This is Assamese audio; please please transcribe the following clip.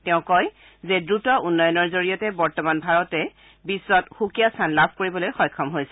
তেওঁ কয় যে দ্ৰুত উন্নয়নৰ জৰিয়তে বৰ্তমান ভাৰতে বিশ্বত সুকীয়া স্থান লাভ কৰিবলৈ সক্ষম হৈছে